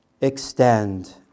extend